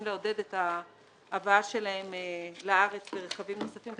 לעודד את ההבאה שלהם לארץ ברכבים נוספים,